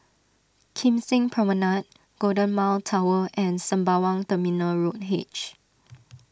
Kim Seng Promenade Golden Mile Tower and Sembawang Terminal Road H